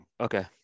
Okay